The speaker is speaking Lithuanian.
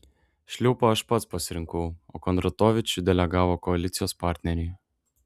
šliupą aš pats pasirinkau o kondratovičių delegavo koalicijos partneriai